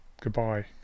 goodbye